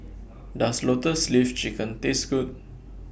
Does Lotus Leaf Chicken Taste Good